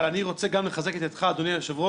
אבל אני רוצה גם לחזק את ידך, אדוני היושב-ראש,